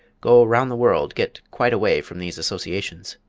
go round the world, get quite away from these associations.